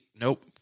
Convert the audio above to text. nope